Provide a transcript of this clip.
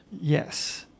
yes